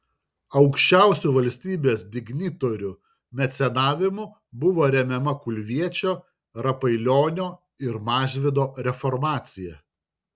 aukščiausių valstybės dignitorių mecenavimu buvo remiama kulviečio rapailionio ir mažvydo reformacija